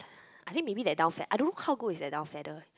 I think maybe their down feath~ I don't know how good is their down feather